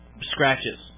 scratches